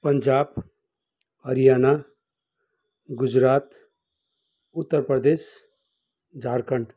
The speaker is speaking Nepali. पन्जाब हरियाणा गुजरात उत्तर प्रदेश झारखण्ड